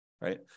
right